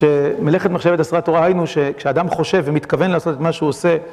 במלאכת מחשבת עשרה תורה היינו שכשאדם חושב ומתכוון לעשות את מה שהוא עושה